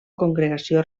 congregació